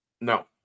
No